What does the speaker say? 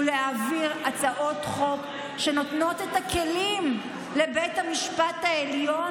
הוא להעביר הצעות חוק שנותנות את הכלים לבית המשפט העליון